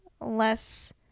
less